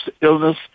illness